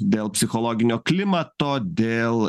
dėl psichologinio klimato dėl